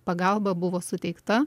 pagalba buvo suteikta